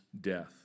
death